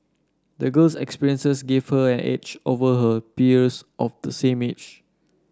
the girl's experiences gave her an edge over her peers of the same age